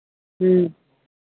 ह्म्म